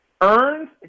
earns